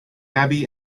abbey